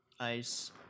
Ice